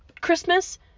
Christmas